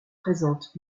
présentent